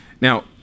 Now